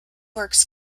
works